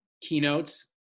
keynotes